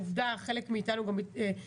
עובדה חלק מהם התקזזו,